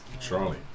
Charlie